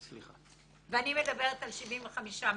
ואני מדברת על 75 מטר,